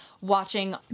watching